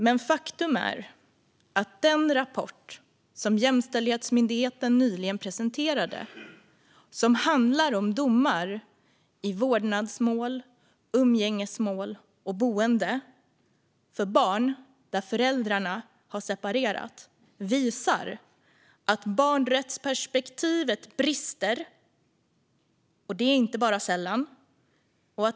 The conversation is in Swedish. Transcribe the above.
Men faktum är att den rapport som Jämställdhetsmyndigheten nyligen presenterade, som handlar om domar i vårdnadsmål, umgängesmål och boende för barn vars föräldrar har separerat, visar att barnrättsperspektivet inte sällan brister.